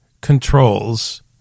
controls